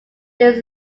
this